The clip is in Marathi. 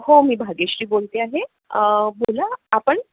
हो मी भाग्यश्री बोलते आहे बोला आपण